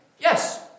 Yes